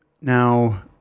now